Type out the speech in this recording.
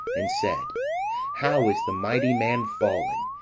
and said how is the mighty man fallen,